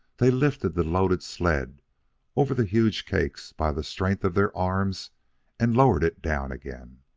they lifted the loaded sled over the huge cakes by the strength of their arms and lowered it down again.